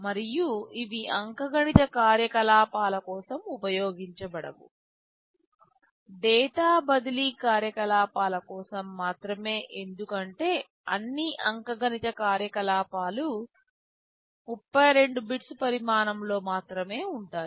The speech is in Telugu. మరియు ఇవి అంకగణిత కార్యకలాపాల కోసం ఉపయోగించబడవు డేటా బదిలీ కార్యకలాపాల కోసం మాత్రమే ఎందుకంటే అన్ని అంకగణిత కార్యకలాపాలు 32 బిట్స్ పరిమాణంలో మాత్రమే ఉంటాయి